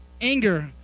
anger